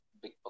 big